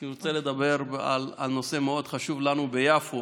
אני רוצה לדבר על נושא שמאוד חשוב לנו ביפו